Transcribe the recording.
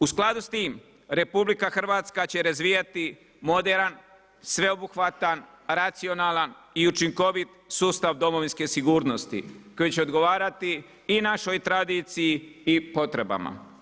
U skladu s tim, RH će razvijat moderan, sveobuhvatan, racionalan i učinkovit sustav Domovinske sigurnosti koji će odgovarati i našoj tradiciji i potrebama.